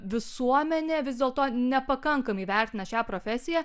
visuomenė vis dėlto nepakankamai vertina šią profesiją